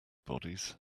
bodies